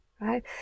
right